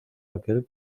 aquel